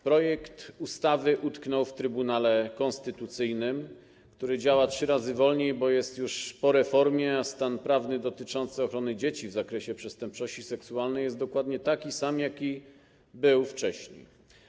Projekt ustawy utknął w Trybunale Konstytucyjnym, który działa trzy razy wolniej, bo jest już po reformie, a stan prawny dotyczący ochrony dzieci w zakresie przestępczości seksualnej jest dokładnie taki sam, jaki był wcześniej.